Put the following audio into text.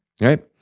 right